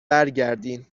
برگردین